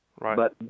right